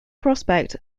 prospect